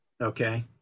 Okay